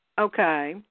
Okay